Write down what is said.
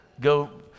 Go